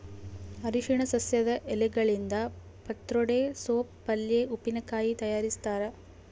ಅರಿಶಿನ ಸಸ್ಯದ ಎಲೆಗಳಿಂದ ಪತ್ರೊಡೆ ಸೋಪ್ ಪಲ್ಯೆ ಉಪ್ಪಿನಕಾಯಿ ತಯಾರಿಸ್ತಾರ